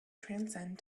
transcend